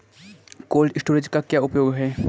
Cold storage का क्या उपयोग है?